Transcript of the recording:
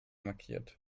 markiert